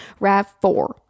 RAV4